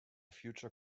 future